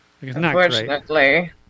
Unfortunately